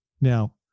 Now